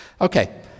okay